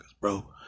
bro